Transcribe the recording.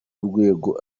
urwego